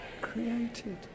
created